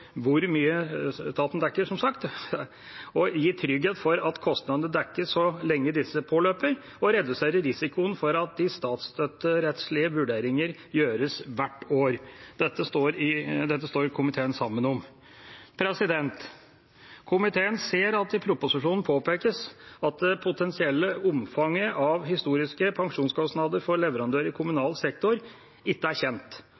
hvor mye staten dekker, gi trygghet for at kostnadene dekkes så lenge disse påløper, og redusere risikoen for at de statsstøtterettslige vurderingene må gjøres hvert år. Dette står komiteen sammen om. Komiteen ser at det i proposisjonen påpekes at det potensielle omfanget av historiske pensjonskostnader for leverandører i kommunal sektor ikke er kjent,